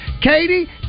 Katie